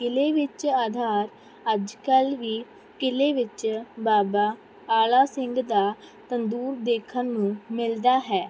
ਕਿਲ੍ਹੇ ਵਿੱਚ ਆਧਾਰ ਅੱਜ ਕੱਲ੍ਹ ਵੀ ਕਿਲ੍ਹੇ ਵਿੱਚ ਬਾਬਾ ਆਲਾ ਸਿੰਘ ਦਾ ਤੰਦੂਰ ਦੇਖਣ ਨੂੰ ਮਿਲਦਾ ਹੈ